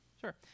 Sure